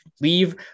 leave